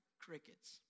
crickets